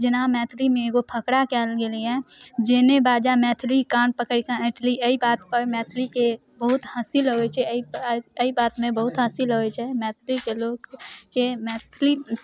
जेना मैथिलीमे एगो फकरा कयल गेलैए जे नहि बाजय मैथिली कान पकड़ि कऽ एँठि ली एहि बातपर मैथिलीके बहुत हँसी लगैत छै एहि एहि बातमे बहुत हँसी लगैत छै मैथिलीके लोककेँ मैथिली